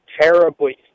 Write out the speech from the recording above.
terribly